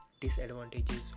disadvantages